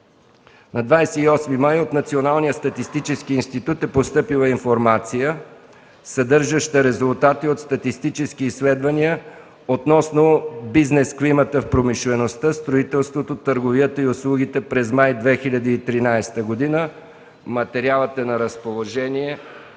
май 2013 г., от Националния статистически институт е постъпила информация, съдържаща резултати от статистически изследвания относно бизнес климата в промишлеността, строителството, търговията и услугите през май 2013 г. Материалът е на разположение